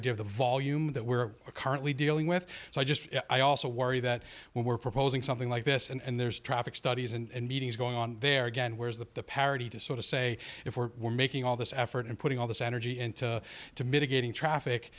idea of the volume that we're currently dealing with so i just i also worry that when we're proposing something like this and there's traffic studies and meetings going on there again where's the parity to sort of say if we're making all this effort in putting all this energy into to mitigating traffic